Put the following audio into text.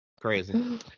Crazy